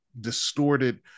distorted